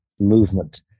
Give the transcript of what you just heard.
movement